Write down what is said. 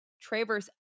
Travers